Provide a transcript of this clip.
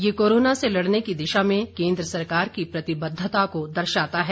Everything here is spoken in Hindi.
ये कोरोना से लड़ने की दिशा में केंद्र सरकार की प्रतिबद्धता को दर्शाता है